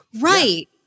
Right